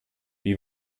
wie